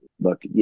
look